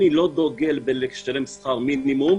ואני לא דוגל בלשלם שכר מינימום.